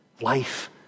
life